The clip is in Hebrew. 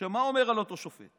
ומה הוא אומר על אותו שופט?